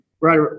right